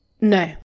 No